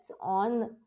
on